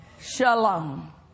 shalom